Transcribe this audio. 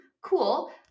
cool